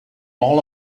all